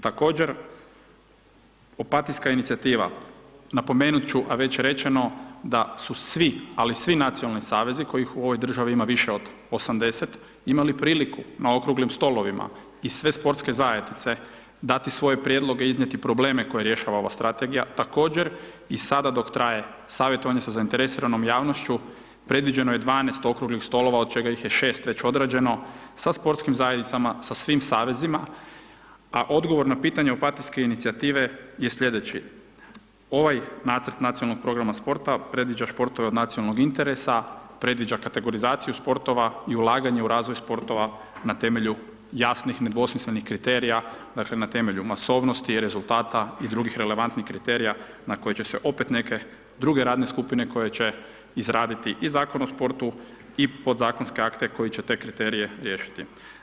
Također, opatijska inicijativa, napomenuti ću, a već rečeno, da su svi, ali svi nacionalni savezi, kojih u ovoj državi ima više od 80 imali priliku na okruglim stolovima i sve sportske zajednice dati svoje prijedloge i iznijeti probleme koje rasipava ova strategija, također i sada dok traje savjetovanje sa zainteresiranom javnošću, predviđeno je 12 okruglih stolova, od čega ih je 6 već odrađeno sa sportskim zajednicama sa svim savezima, a odgovor na pitanje opatijske inicijative je sljedeći, ovaj nacrt nacionalnog programa sporta, predviđa sportove od nacionalnog interesa, predviđa kategorizaciju sportova i ulaganje u razvoj sportova, na temelju jasnih, nedvosmislenih kriterija dakle, na temelju masovnosti i rezultata i drugih relevantnih kriterija na koje će se opet neke druge radne skupine koje će izraditi i Zakon o sportu i podzakonske akte koji će te kriterije riješiti.